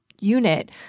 unit